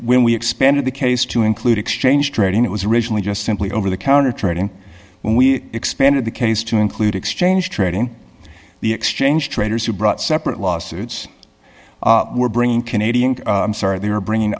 when we expanded the case to include exchange trading it was originally just simply over the counter trading when we expanded the case to include exchange trading the exchange traders who brought separate lawsuits were bringing canadian sar they were bringing